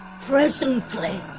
presently